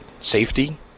Safety